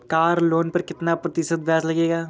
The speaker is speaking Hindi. कार लोन पर कितना प्रतिशत ब्याज लगेगा?